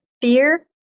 fear